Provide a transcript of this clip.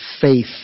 faith